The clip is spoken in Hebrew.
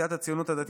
סיעת הציונות הדתית,